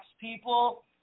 people